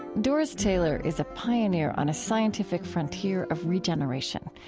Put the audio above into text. doris taylor is a pioneer on a scientific frontier of regeneration,